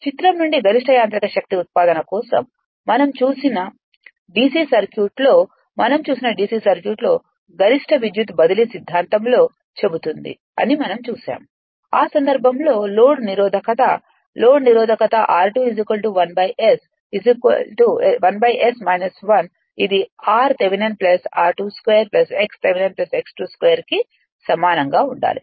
చిత్రం నుండి గరిష్ట యాంత్రిక శక్తి ఉత్పాదన కోసం మనం చూసిన d c సర్క్యూట్లో మనం చూసిన DC సర్క్యూట్లో గరిష్ట విద్యుత్ బదిలీ సిద్ధాంతంలో చెబుతుంది అని మనంచూశాము ఆ సందర్భంలో లోడ్ నిరోధకత లోడ్ నిరోధకత r2 1 S 1 ఇది r Thevenin r2 2 x Thevenin x 2 2కు సమానంగా ఉండాలి